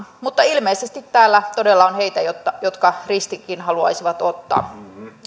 mutta ilmeisesti täällä todella on heitä jotka riskitkin haluaisivat ottaa